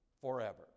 forever